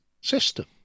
system